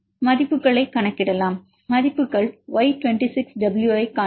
மதிப்புகளைக் கணக்கிடுவோம் மதிப்புகள் Y26W ஐக் காண்க